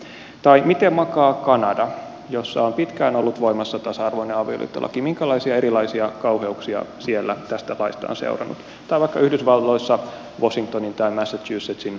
tai miten makaa kanada jossa on pitkään ollut voimassa tasa arvoinen avioliittolaki minkälaisia erilaisia kauheuksia siellä tästä laista on seurannut tai vaikka yhdysvalloissa washingtonin tai massachusettsin osavaltioissa